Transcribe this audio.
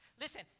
Listen